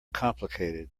complicated